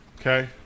Okay